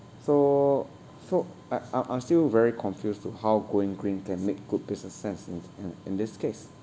so so I I'm I'm still very confused to how going green can make good business sense in in in this case